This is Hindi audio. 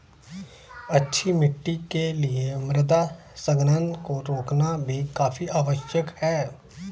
अच्छी मिट्टी के लिए मृदा संघनन को रोकना भी काफी आवश्यक है